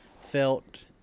felt